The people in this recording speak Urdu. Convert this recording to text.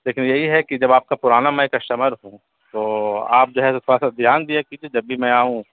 لیکن یہی ہے کہ جب آپ کا پرانا میں کسٹمر ہوں تو آپ جو ہے تھوڑا سا دھیان دیا کیجیے جب بھی میں آؤں